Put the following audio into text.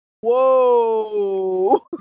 whoa